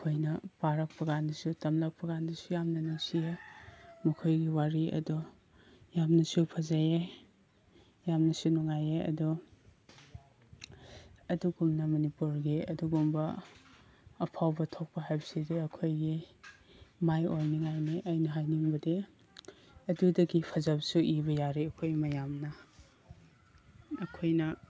ꯑꯩꯈꯣꯏꯅ ꯄꯥꯔꯛꯄꯀꯥꯟꯗꯁꯨ ꯇꯝꯂꯛꯄꯀꯥꯟꯗꯁꯨ ꯌꯥꯝꯅ ꯅꯨꯡꯁꯤꯌꯦ ꯃꯈꯣꯏꯒꯤ ꯋꯥꯔꯤ ꯑꯗꯣ ꯌꯥꯝꯅꯁꯨ ꯐꯖꯩꯌꯦ ꯌꯥꯝꯅꯁꯨ ꯅꯨꯡꯉꯥꯏꯌꯦ ꯑꯗꯣ ꯑꯗꯨꯒꯨꯝꯅ ꯃꯅꯤꯄꯨꯔꯒꯤ ꯑꯗꯨꯒꯨꯝꯕ ꯑꯐꯥꯎꯕ ꯊꯣꯛꯄ ꯍꯥꯏꯕꯁꯤꯗꯤ ꯑꯩꯈꯣꯏꯒꯤ ꯃꯥꯏ ꯑꯣꯏꯅꯤꯉꯥꯏꯅꯤ ꯑꯩꯅ ꯍꯥꯏꯅꯤꯡꯕꯗꯤ ꯑꯗꯨꯗꯒꯤ ꯐꯖꯕꯁꯨ ꯏꯕ ꯌꯥꯔꯦ ꯑꯩꯈꯣꯏ ꯃꯌꯥꯝꯅ ꯑꯩꯈꯣꯏꯅ